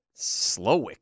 Slowick